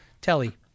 Telly